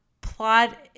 plot